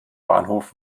bahnhof